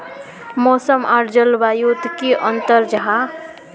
मौसम आर जलवायु युत की अंतर जाहा?